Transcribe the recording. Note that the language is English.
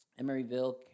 Emeryville